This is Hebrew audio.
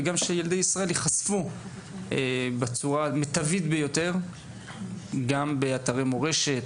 וכך ילדי ישראל ייחשפו בצורה המיטבית לאתרי מורשת,